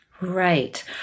Right